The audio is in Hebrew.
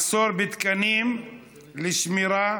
מחסור בתקנים לשמירה,